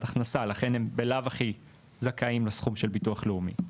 הכנסה ולכן הם בלאו הכי זכאים לסכום מביטוח לאומי.